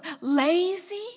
lazy